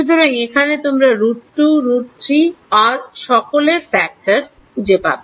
সুতরাং এখানে তোমরা root2 root3 আর সকলের factor খুঁজে পাবে